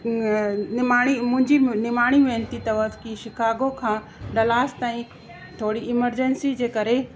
निमाणी मुंहिंजी निमाणी वेनिती अथव की शिकागो खां डलास ताईं थोरी एमरजेंसी जे करे